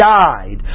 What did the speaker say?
died